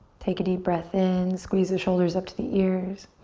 take a deep breath in. squeeze the shoulders up to the ears.